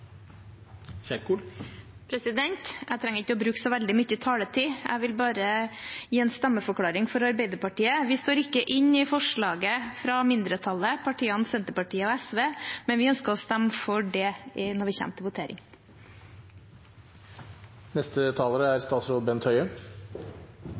2021. Jeg trenger ikke å bruke så veldig mye taletid, jeg vil bare gi en stemmeforklaring for Arbeiderpartiet. Vi står ikke inne i forslaget fra mindretallet, partiene Senterpartiet og SV, men vi ønsker å stemme for det når vi kommer til votering. Året 2020 er